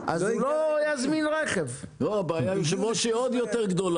אז אתה לא נותן מענה ליעדים שעוד לא הגעת